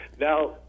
Now